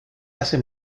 hace